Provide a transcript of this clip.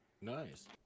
nice